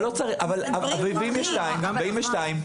ואם היו שתיים?